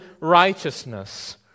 righteousness